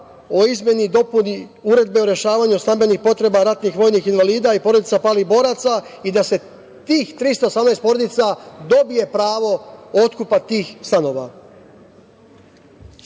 o izmeni i dopuni Uredbe o rešavanju stambenih potreba ratnih vojnih invalida i porodica palih boraca i da tih 318 porodica dobije pravo otkupa tih stanova. Takođe,